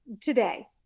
today